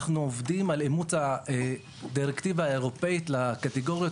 אנו עובדים על אימוץ הדירקטיבה האירופאית לקטגוריות